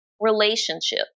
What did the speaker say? relationship